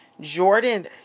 Jordan